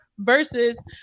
versus